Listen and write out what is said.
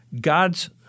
God's